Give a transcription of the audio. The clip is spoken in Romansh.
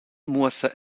muossa